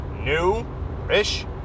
new-ish